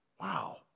Wow